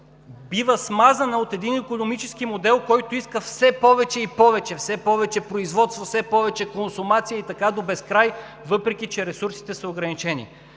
бива смазана от един икономически модел, който иска все повече и повече – все повече производства, все повече консумация и така до безкрай, въпреки че ресурсите са ограничени?